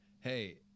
Hey